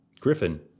griffin